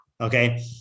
Okay